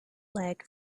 leg